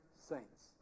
saints